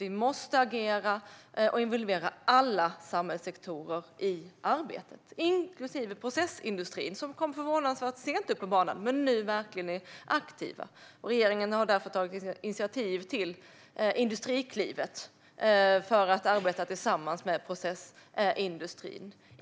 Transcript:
Vi måste agera och involvera alla samhällssektorer i arbetet, inklusive processindustrin, som kom förvånansvärt sent upp på banan men nu verkligen är aktiv. Regeringen har därför tagit initiativ till Industriklivet för att arbeta tillsammans med processindustrin.